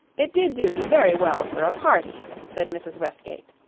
it did duty very well for a party, said mrs. westgate.